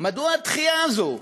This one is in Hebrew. מדוע הדחייה הזו,